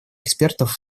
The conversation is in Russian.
экспертов